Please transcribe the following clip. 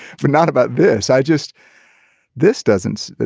for not about this i just this doesn't.